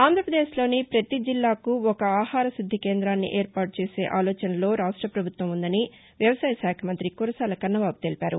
ఆంధ్రప్రదేశ్లోని ప్రతి జిల్లాకు ఒక ఆహార శుద్ది కేంద్రాన్ని ఏర్పాటు చేసే ఆలోచనలో ప్రభుత్వం ఉందని రాష్ట వ్యవసాయ శాఖ మంత్రి కురసాల కన్నబాబు తెలిపారు